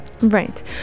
right